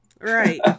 Right